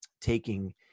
taking